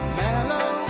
mellow